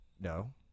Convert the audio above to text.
no